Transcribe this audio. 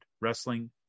wrestling